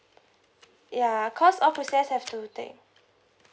ya cause all process have to take